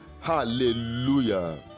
Hallelujah